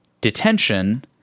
detention